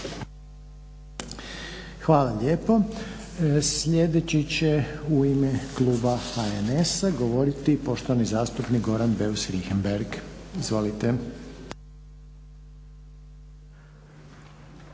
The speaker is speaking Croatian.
Hvala lijepo. Sljedeći će u ime kluba HNS-a govoriti poštovani zastupnik Goran BEus Richembergh. Izvolite.